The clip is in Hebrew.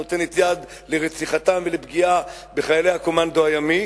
נותנת יד לרציחתם ולפגיעה בחיילי הקומנדו הימי,